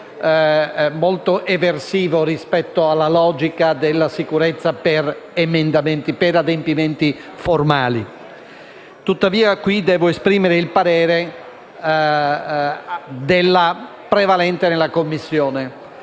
molto eversivo rispetto alla logica della sicurezza per adempimenti formali. Tuttavia, in questa sede devo esprimere il parere prevalente della Commissione